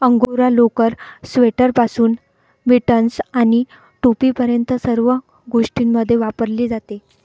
angora लोकर, स्वेटरपासून mittens आणि टोपीपर्यंत सर्व गोष्टींमध्ये वापरली जाते